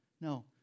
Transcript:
No